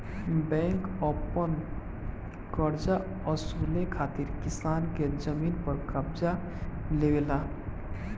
bank अपन करजा वसूले खातिर किसान के जमीन पर कब्ज़ा लेवेला